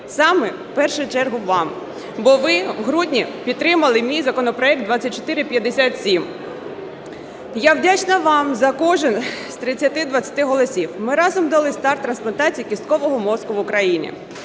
саме в першу чергу вам! Бо ви у грудні підтримали мій законопроект 2457. Я вдячна вам за кожен з 320-и голосів. Ми разом дали старт трансплантації кісткового мозку в Україні.